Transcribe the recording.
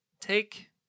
Take